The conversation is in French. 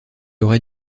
aurait